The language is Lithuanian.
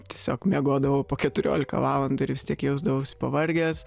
tiesiog miegodavau po keturiolika valandų ir vis tiek jausdavausi pavargęs